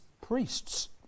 priests